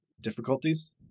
difficulties